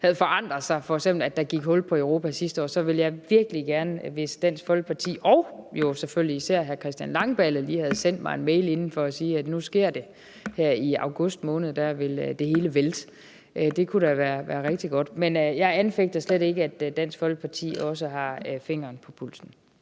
ville forandre sig, f.eks. at der skulle gå hul på Europa sidste år, så ville jeg virkelig gerne have haft, at Dansk Folkeparti og selvfølgelig især hr. Christian Langballe havde sendt mig en mail inden for at sige, at nu sker det, og at i august måned vil det hele vælte. Det kunne have været rigtig godt. Men jeg anfægter slet ikke, at Dansk Folkeparti også har fingeren på pulsen.